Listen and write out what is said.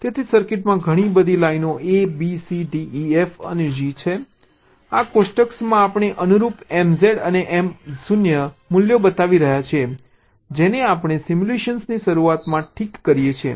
તેથી સર્કિટમાં ઘણી બધી લાઈનો a b c d e f અને g છે આ કોષ્ટકમાં આપણે અનુરૂપ MZ અને Mo મૂલ્યો બતાવી રહ્યા છીએ જેને આપણે સિમ્યુલેશનની શરૂઆતમાં ઠીક કરીએ છીએ